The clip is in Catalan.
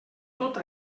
tota